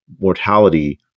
mortality